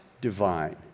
divine